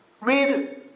Read